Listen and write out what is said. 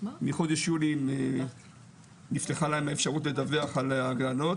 מחודש יולי נפתחה להם האפשרות לדווח על הגננות